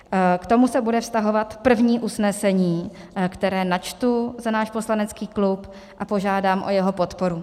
K tomu se bude vztahovat první usnesení, které načtu za náš poslanecký klub, a požádám o jeho podporu.